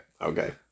Okay